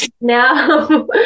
now